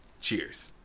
cheers